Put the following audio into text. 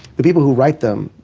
the people who write them,